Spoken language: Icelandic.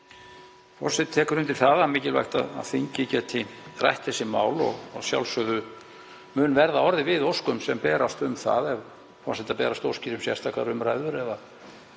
Forseti tekur undir það að mikilvægt er að þingið geti rætt þessi mál og að sjálfsögðu mun verða orðið við óskum sem berast um það. Ef forseta berast óskir um sérstakar umræður eða